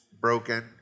broken